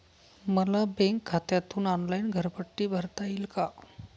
मला बँक खात्यातून ऑनलाइन घरपट्टी भरता येईल का?